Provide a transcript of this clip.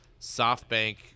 SoftBank